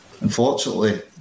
unfortunately